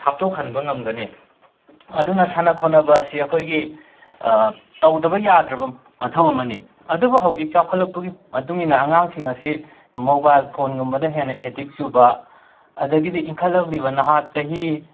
ꯊꯥꯞꯇꯣꯛꯍꯟꯕ ꯉꯝꯒꯅꯤ ꯑꯗꯨꯅ ꯁꯥꯟꯅ ꯈꯣꯠꯅꯕ ꯑꯁꯤ ꯑꯩꯈꯣꯏꯒꯤ ꯇꯧꯗꯕ ꯌꯥꯗ꯭ꯔꯕ ꯃꯊꯧ ꯑꯃꯅꯤ ꯑꯗꯨꯕꯨ ꯍꯧꯖꯤꯛ ꯆꯥꯎꯈꯠꯂꯛꯄꯒꯤ ꯃꯇꯨꯡ ꯏꯟꯅ ꯑꯉꯥꯡꯁꯤꯡ ꯑꯁꯤ ꯃꯣꯕꯥꯏꯜ ꯐꯣꯟꯒꯨꯝꯕꯗ ꯍꯦꯟꯅ ꯑꯦꯗꯤꯛ ꯆꯨꯕ ꯑꯗꯒꯤꯗꯤ ꯏꯟꯈꯠꯂꯛꯂꯤꯕ ꯅꯍꯥ ꯆꯍꯤ